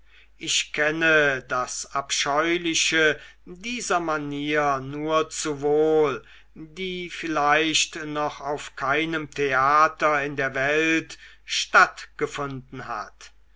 ich kenne das abscheuliche dieser manier nur zu wohl die vielleicht noch auf keinem theater in der welt stattgefunden hat